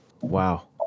Wow